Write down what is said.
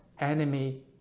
enemy